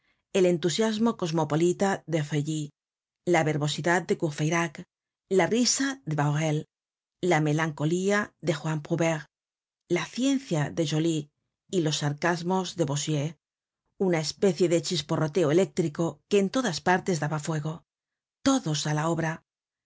el entusiasmo cosmopolita de feuilly la verbosidad de courfeyrac la risa de bahorel la melancolía de juan prouvaire la ciencia de joly y los sarcasmos de bossuet una especie de chisporroteo eléctrico que en todas partes daba juego todos á la obra